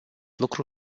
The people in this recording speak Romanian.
lucru